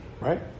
right